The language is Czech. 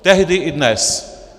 Tehdy i dnes.